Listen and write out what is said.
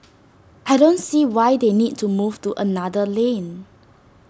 I don't see why they need to move to another lane